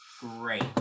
great